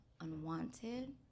unwanted